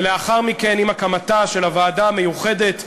ולאחר מכן, עם הקמתה של הוועדה המיוחדת,